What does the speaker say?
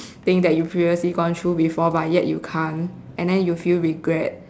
thing that you previously gone through before but yet you can't and then you feel regret